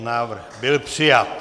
Návrh byl přijat.